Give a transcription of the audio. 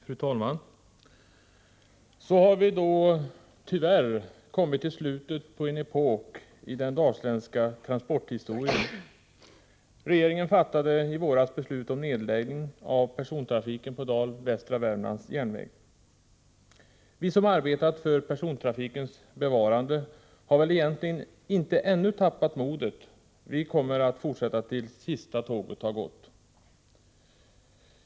Fru talman! Så har vi tyvärr kommit till slutet på en epok i den dalsländska transporthistorien. Regeringen fattade i våras beslut om nedläggning av persontrafiken på Dal Västra Värmlands järnväg. Vi som arbetat för persontrafikens bevarande har väl egentligen ännu inte tappat modet. Vi kommer att fortsätta tills sista tåget har gått.